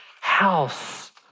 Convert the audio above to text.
house